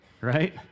Right